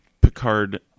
picard